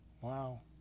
Wow